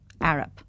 Arab